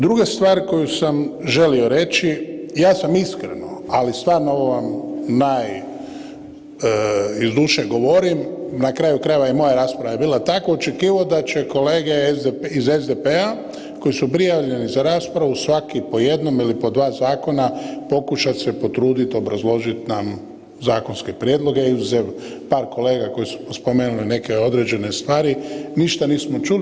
Druga stvar koju sam želio reći, ja sam iskreno, ali stvarno ovo vam naj iz duše govorim, na kraju krajeva i moja rasprava je bila takva, očekivao da će kolege iz SDP-a koji su prijavljeni za raspravu svaki po jednom ili po dva zakona pokušati se potruditi obrazložiti nam zakonske prijedloge i uz evo, par kolega koji su spomenuli neke određene stvari, ništa nismo čuli.